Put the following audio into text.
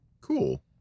Cool